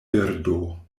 birdo